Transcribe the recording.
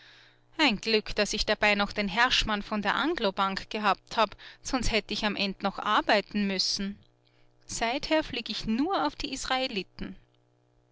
ein glück daß ich dabei noch den herschmann von der anglobank gehabt habe sonst hätte ich am ende noch arbeiten müssen seither flieg ich nur auf die israeliten